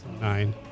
Nine